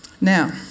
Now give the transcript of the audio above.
Now